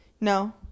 No